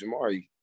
Jamari